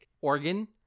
Organ